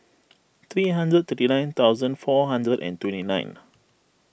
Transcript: three hundred thirty nine thousand four hundred and twenty nine